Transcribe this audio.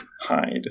hide